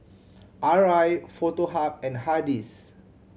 Arai Foto Hub and Hardy's